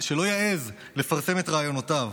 שלא יעז לפרסם את רעיונותיו,